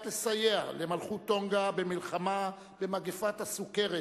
לסייע למלכות טונגה במלחמה במגפת הסוכרת